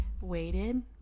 waited